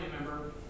member